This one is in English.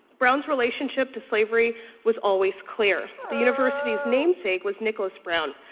brown's relationship to slavery was always clear. the university's namesake was nicholas brown,